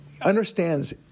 understands